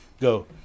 Go